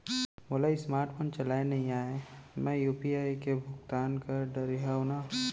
मोला smart phone चलाए नई आए मैं यू.पी.आई ले भुगतान कर डरिहंव न?